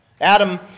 Adam